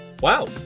Wow